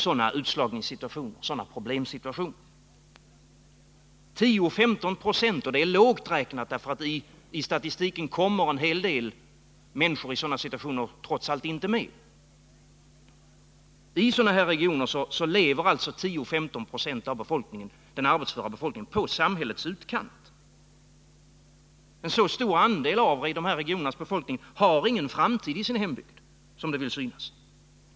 Och 10-15 96 är lågt räknat, därför att en hel del människor i sådana situationer trots allt inte kommer med i statistiken. I sådana här regioner lever alltså 10-15 926 av den arbetsföra befolkningen i samhällets utkant. En så stor andel av de här regionernas befolkning har ingen framtid i sin hembygd, som det vill synas.